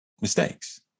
mistakes